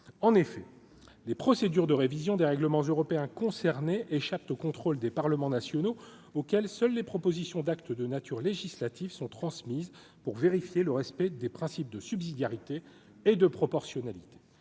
en effet, les procédures de révision des règlements européens concernés échappe au contrôle des Parlements nationaux, auquel seuls les propositions d'actes de nature législative sont transmises pour vérifier le respect des principes de subsidiarité et de proportionnalité